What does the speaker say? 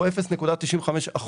הוא 0.95%,